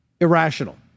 irrational